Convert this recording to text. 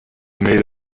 made